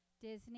Disney